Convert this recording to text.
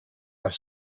are